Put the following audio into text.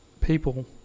people